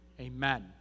Amen